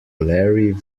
larry